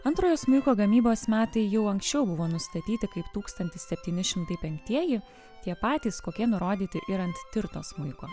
antrojo smuiko gamybos metai jau anksčiau buvo nustatyti kaip tūkstantis septyni šimtai penktieji tie patys kokie nurodyti ir ant tirto smuiko